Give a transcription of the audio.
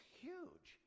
huge